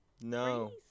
No